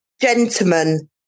gentlemen